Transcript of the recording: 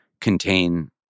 contain